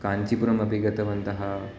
काञ्चीपुरम् अपि गतवन्तः